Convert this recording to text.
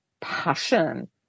passion